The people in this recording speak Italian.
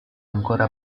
ancora